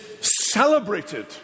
celebrated